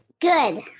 Good